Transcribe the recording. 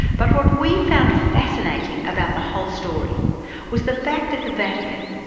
but what we found fascinating about the whole story was the fact that the vatican,